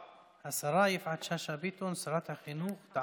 אולי האתר החשוב ביותר במדינת